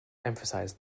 emphasized